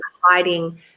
hiding